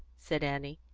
said annie.